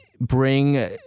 bring